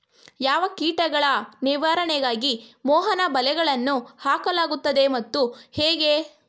ಯಾವ ಕೀಟಗಳ ನಿವಾರಣೆಗಾಗಿ ಮೋಹನ ಬಲೆಗಳನ್ನು ಹಾಕಲಾಗುತ್ತದೆ ಮತ್ತು ಹೇಗೆ?